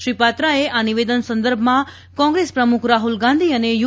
શ્રી પાત્રાએ આ નિવેદન સંદર્ભમાં કોંગ્રેસ પ્રમુખ રાહુલ ગાંધી અને યુ